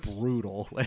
brutal